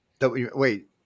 Wait